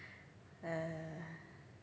uh